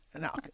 now